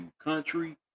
country